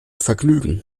vergnügen